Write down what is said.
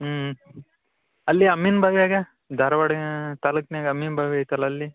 ಹ್ಞೂ ಅಲ್ಲಿ ಅಮ್ಮಿನ್ ಬಾವ್ಯಾಗ ಧಾರವಾಡ ತಾಲೂಕಿನಾಗ ಅಮ್ಮಿನ್ ಬಾವಿ ಐತಲ್ಲ ಅಲ್ಲಿ